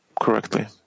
correctly